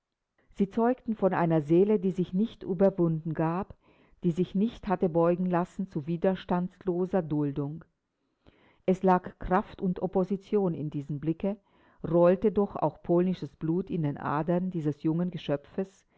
sie zeugten von einer seele die sich nicht überwunden gab die sich nicht hatte beugen lassen zu widerstandsloser duldung es lag kraft und opposition in diesem blicke rollte doch auch polnisches blut in den adern dieses jungen geschöpfes